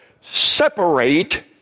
separate